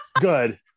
good